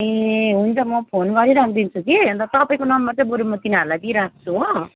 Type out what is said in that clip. ए हुन्छ म फोन गरिराखी दिन्छु कि अन्त तपाईँको नम्बर चाहिँ बरू म तिनीहरूलाई दिइराख्छु हो